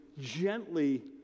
gently